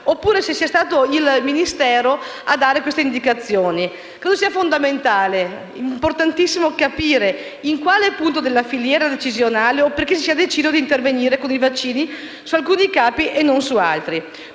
oppure se sia stato il Ministero della salute a dare queste indicazioni. Credo sia fondamentale e importantissimo capire la filiera decisionale e perché si sia deciso di intervenire con i vaccini su alcuni capi e non su altri.